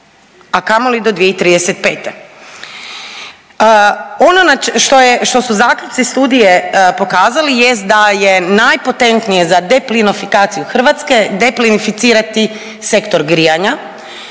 a kamoli do 2035. Ono što su zaključci studije pokazali jest da je najpotentnije za deplinifikaciju Hrvatske deplinificirati Sektor grijanja